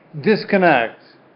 disconnect